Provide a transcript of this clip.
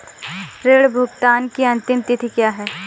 ऋण भुगतान की अंतिम तिथि क्या है?